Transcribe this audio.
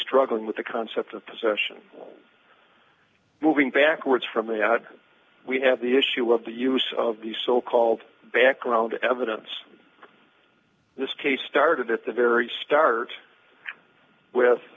struggling with the concept of possession moving backwards from the ad we have the issue of the use of the so called background evidence in this case started at the very start with